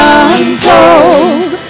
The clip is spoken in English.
untold